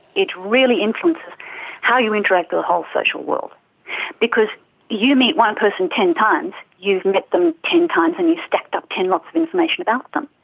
it really influences how you interact in the whole social world because you meet one person ten times, you've met them ten times and you've stacked up ten lots of information about them.